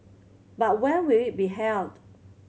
but when will it be held